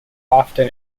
often